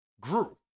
grew